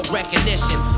recognition